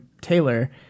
Taylor